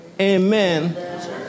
amen